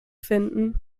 finden